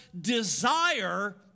desire